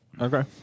Okay